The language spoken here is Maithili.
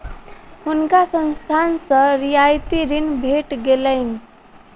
हुनका संस्थान सॅ रियायती ऋण भेट गेलैन